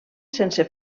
sense